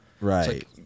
Right